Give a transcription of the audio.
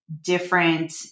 different